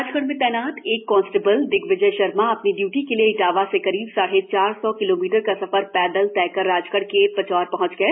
राजगढ़ में तैनात एक कॉन्सटेबल दिग्विजय शर्मा अपनी ड्यूटी के लिए इटावा से करीब साढ़े चार सौ किलोमीटर का सफर पैदल तय कर राजगढ़ के पचौर पहंच गए